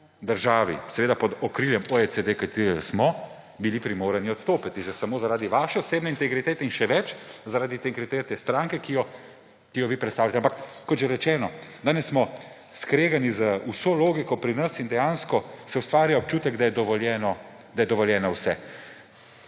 državi, seveda pod okriljem mreže OECD, v kateri smo, primorani odstopiti že samo zaradi svoje osebne integritete, in še več, zaradi integritete stranke, ki jo vi predstavljate. Ampak kot že rečeno, danes smo pri nas skregani z vso logiko in dejansko se ustvarja občutek, da je dovoljeno vse.